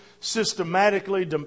systematically